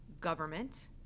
government